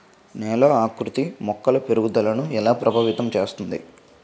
నేల ఆకృతి మొక్కల పెరుగుదలను ఎలా ప్రభావితం చేస్తుంది?